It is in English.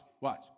watch